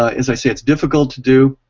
ah as i say, it's difficult to do,